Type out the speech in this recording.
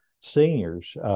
seniors –